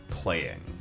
playing